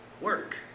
work